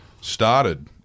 started